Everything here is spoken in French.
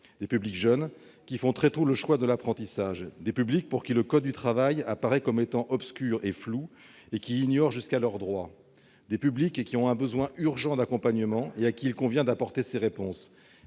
des publics jeunes, qui font très tôt le choix de l'apprentissage, des publics pour lesquels le code du travail apparaît obscur et flou, et qui ignorent jusqu'à leurs droits. Ces publics ont un besoin urgent d'accompagnement ; il convient de leur apporter les réponses